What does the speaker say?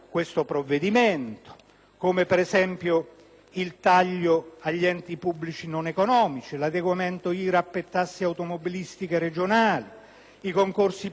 il taglio agli enti pubblici non economici, l'adeguamento IRAP e tasse automobilistiche regionali, i concorsi pubblici riservati, la questione dell'ISTAT,